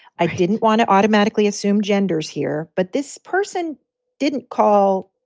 i didn't want to automatically assume gender's here, but this person didn't call,